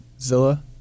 Zilla